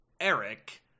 Eric